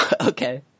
Okay